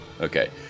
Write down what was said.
Okay